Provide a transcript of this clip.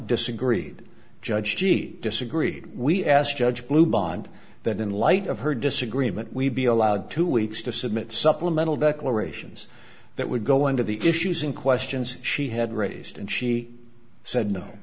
disagreed judge he disagreed we asked judge blue beyond that in light of her disagreement we'd be allowed to weeks to submit supplemental declarations that would go into the issues and questions she had raised and she said no